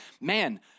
Man